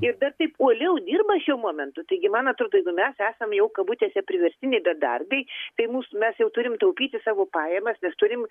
ir dar taip uoliau dirba šiuo momentu taigi man atrodo jeigu mes esam jau kabutėse priverstiniai bedarbiai tai mes jau turim taupyti savo pajamas mes turim